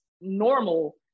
normal